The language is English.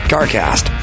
CarCast